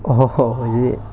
oh is it